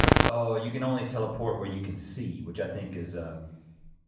oh, you can only teleport where you can see, which i think is,